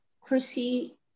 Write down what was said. Chrissy